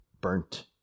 burnt